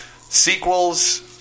Sequels